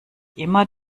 immer